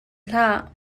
hlah